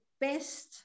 best